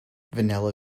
vanilla